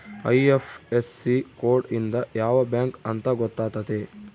IFSC code ಇಂದ ಯಾವ bank ಅಂತ ಗೊತ್ತಾತತೆ